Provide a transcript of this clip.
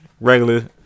regular